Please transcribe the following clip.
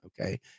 okay